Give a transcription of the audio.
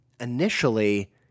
Initially